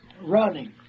running